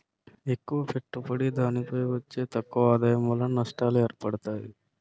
ఎక్కువ పెట్టుబడి దానిపై వచ్చే తక్కువ ఆదాయం వలన నష్టాలు ఏర్పడతాయి